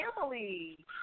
family